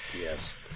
Yes